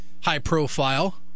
high-profile